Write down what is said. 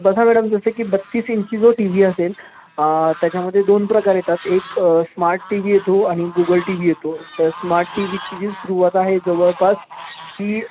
बघा मॅडम जसे की बत्तीस इंची जो टी व्ही असेल त्याच्यामध्ये दोन प्रकार येतात एक स्मार्ट टी व्ही येतो आणि गूगल टी व्ही येतो तर स्मार्ट टी व्हीची जी सुरूवात आहे जवळपास की